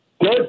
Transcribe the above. Good